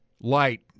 light